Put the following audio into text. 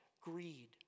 Greed